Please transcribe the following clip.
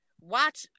watch